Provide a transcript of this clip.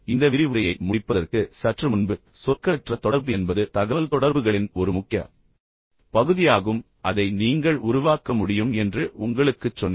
இந்த விரிவுரையை முடிப்பதற்கு சற்று முன்பு சொற்களற்ற தொடர்பு என்பது தகவல்தொடர்புகளின் ஒரு முக்கிய பகுதியாகும் அதை நீங்கள் உருவாக்க முடியும் என்று உங்களுக்குச் சொன்னேன்